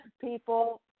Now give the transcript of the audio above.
People